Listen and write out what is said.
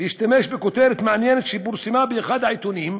ואשתמש בכותרת מעניינת שפורסמה באחד העיתונים.